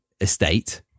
estate